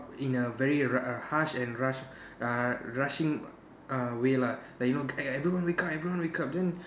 in a very ro~ uh harsh and rush uh rushing uh way lah like you know everyone wake up everyone wake up then